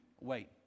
wait